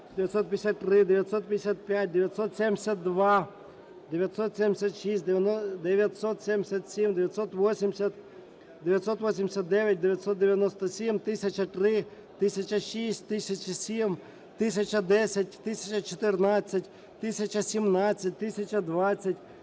953, 955, 972, 976, 977, 980, 989, 997, 1003, 1006, 1007, 1010, 1014, 1017, 1020,